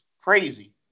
crazy